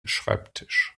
schreibtisch